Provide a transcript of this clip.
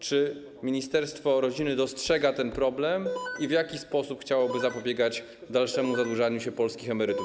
Czy ministerstwo rodziny dostrzega ten problem i w jaki sposób chciałoby zapobiegać dalszemu zadłużaniu się polskich emerytów?